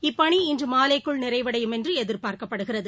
இப்பணி இன்றுமாலைக்குள் நிறைவடையும் என்றுஎதிர்பார்க்கப்படுகிறது